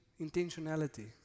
intentionality